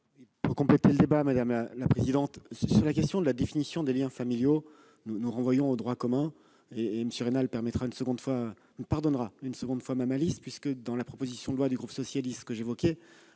à compléter le débat, madame la présidente. Sur la question de la définition des liens familiaux, nous renvoyons au droit commun. M. Raynal me pardonnera une seconde fois ma malice, mais, dans la proposition de loi du groupe socialiste et républicain